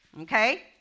Okay